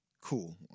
Cool